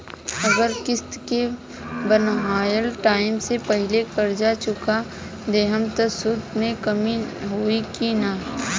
अगर किश्त के बनहाएल टाइम से पहिले कर्जा चुका दहम त सूद मे कमी होई की ना?